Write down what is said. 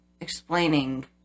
explaining